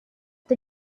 the